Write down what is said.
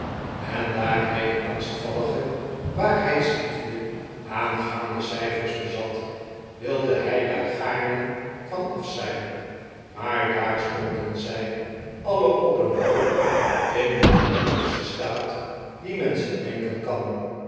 en daar hij een angstvallige waarheidsliefde aangaande cijfers bezat wilde hij daar gaarne van af zijn maar daar stonden zij alle op een hoop in den ellendigsten staat dien men zich denken kan